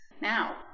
now